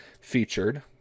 featured